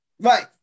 Right